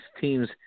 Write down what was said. teams